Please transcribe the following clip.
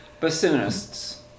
Bassoonists